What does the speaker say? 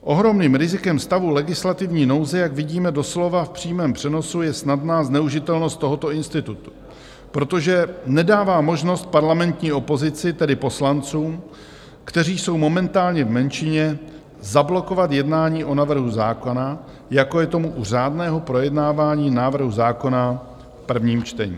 Ohromným rizikem stavu legislativní nouze, jak vidíme doslova v přímém přenosu, je snadná zneužitelnost tohoto institutu, protože nedává možnost parlamentní opozici, tedy poslancům, kteří jsou momentálně v menšině, zablokovat jednání o návrhu zákona, jako je tomu u řádného projednávání návrhu zákona v prvním čtení.